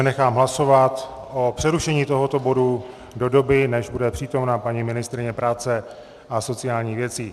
Nechám hlasovat o přerušení tohoto bodu do doby, než bude přítomna paní ministryně práce a sociálních věcí.